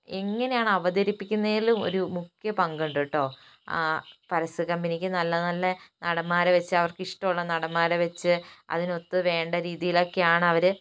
എങ്ങനെ ആണ് അവതരിപ്പിക്കുന്നേലും ഒരു മുഖ്യ പങ്കുണ്ട് ട്ടോ ആ പരസ്യ കമ്പനിക്ക് നല്ല നല്ല നടന്മാരെ വെച്ചു അവർക്ക് ഇഷ്ടമുള്ള നടന്മാരെ വെച്ചു അതിനൊത്തു വേണ്ട രീതിയിൽ ഒക്കെയാണ് അവരു